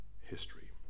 history